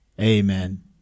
amen